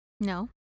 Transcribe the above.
No